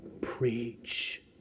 preach